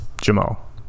Jamal